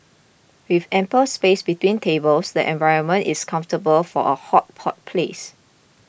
with ample space between tables the environment is comfortable for a hot pot place